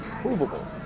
provable